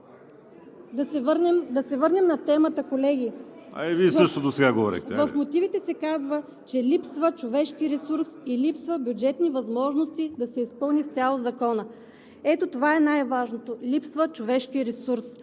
говорехте. ВИОЛЕТА ЖЕЛЕВА: В мотивите се казва, че липсва човешки ресурс и липсват бюджетни възможности да се изпълни изцяло Законът. Ето това е най-важното – липсва човешки ресурс.